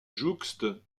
jouxte